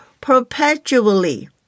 perpetually